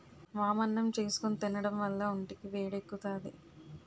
వామన్నం చేసుకుని తినడం వల్ల ఒంటికి వేడెక్కుతాది